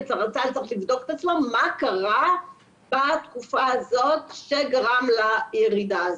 וצה"ל צריך לבדוק את עצמו מה קרה בתקופה הזאת שגרם לירידה הזאת.